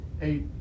eight